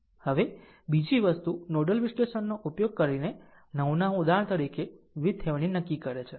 હવે બીજી વસ્તુ નોડલ વિશ્લેષણનો ઉપયોગ કરીને 9 ના ઉદાહરણ તરીકે VThevenin નક્કી કરે છે